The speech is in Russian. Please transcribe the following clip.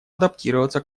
адаптироваться